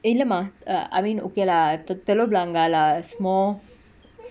இல்லமா:illama err I mean okay lah at telok blangah lah is more